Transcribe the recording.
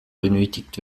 benötigt